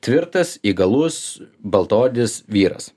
tvirtas įgalus baltaodis vyras